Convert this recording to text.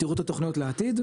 תראו את התוכניות לעתיד.